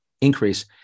increase